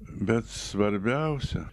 bet svarbiausia